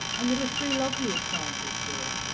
and there are three lovely examples here.